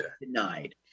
denied